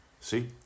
See